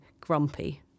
grumpy